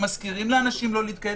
שמזכירים לאנשים לא להתקהל,